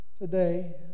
today